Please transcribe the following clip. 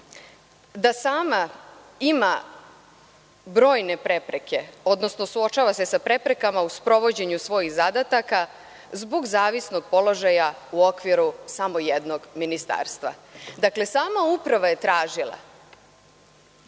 da sama ima brojne prepreke, odnosno suočava se sa preprekama u sprovođenju svojih zadataka zbog zavisnog položaja u okviru samo jednog ministarstava, dakle, sama Uprava je tražila